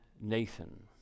Nathan